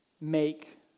make